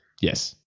Yes